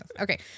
Okay